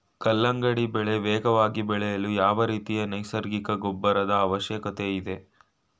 ಕಲ್ಲಂಗಡಿ ಬೆಳೆ ವೇಗವಾಗಿ ಬೆಳೆಯಲು ಯಾವ ರೀತಿಯ ನೈಸರ್ಗಿಕ ಗೊಬ್ಬರದ ಅವಶ್ಯಕತೆ ಇದೆ?